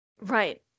Right